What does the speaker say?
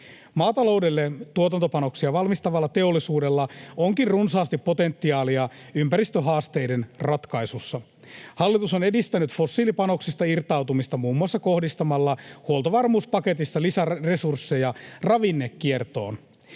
Maataloudelle tuotantopanoksia valmistavalla teollisuudella onkin runsaasti potentiaalia ympäristöhaasteiden ratkaisussa. Hallitus on edistänyt fossiilipanoksista irtautumista muun muassa kohdistamalla huoltovarmuuspaketissa lisäresursseja ravinnekiertoon.